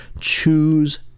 choose